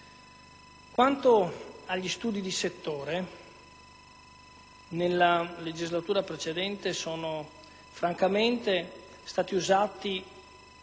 Quanto agli studi di settore, nella legislatura precedente sono stati usati